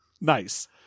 Nice